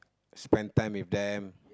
spend time with them